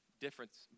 difference